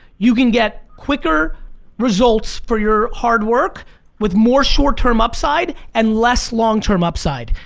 you can get quicker results for your hard work with more short-term upside and less long-term upside.